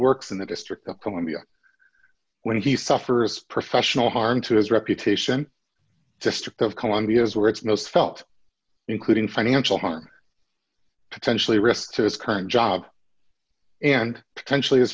works in the district of columbia when he suffers professional harm to his reputation district of columbia is where it's no felt including financial harm potentially risk to his current job and potentially